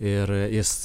ir jis